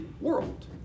world